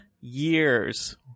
years